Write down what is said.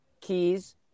keys